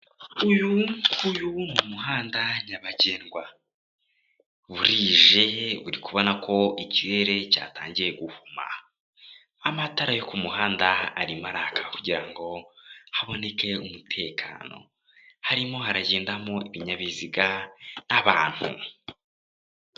Uyu ni umuhanda nyabagendwa, burije uri kubona ko ikirere cyatangiye guhuma, amatara yo ku muhanda arimo araka kugira ngo haboneke umutekano, harimo haragendamo ibinyabiziga n'abantu.